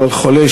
אבל הוא חולה,